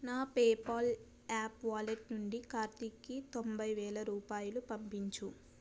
నా PayPal app wallet నుండి కార్తిక్కి తొంభై వేల రూపాయలు పంపించు